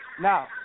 Now